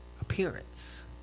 appearance